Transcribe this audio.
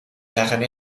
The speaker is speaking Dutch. zeggen